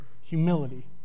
humility